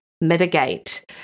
mitigate